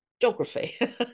geography